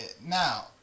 now